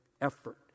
effort